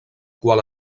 qual